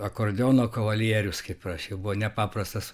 akordeono kavalierius kaip aš jau buvo nepaprastas